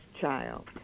child